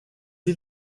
est